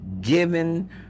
given